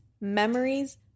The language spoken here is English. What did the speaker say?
memories